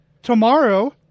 Tomorrow